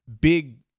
big